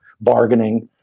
bargaining